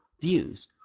views